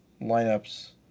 lineups